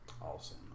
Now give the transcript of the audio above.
Awesome